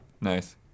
Nice